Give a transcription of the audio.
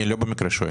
אני לא במקרה שואל.